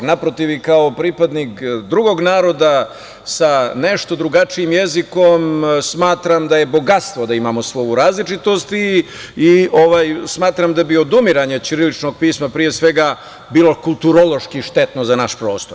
Naprotiv, i kao pripadnik drugog naroda sa nešto drugačijem jezikom smatram da je bogatstvo da imamo svu ovu različitost i smatram da bi odumiranje ćiriličnog pisma, pre svega, bilo kulturološki štetno za naš prostor.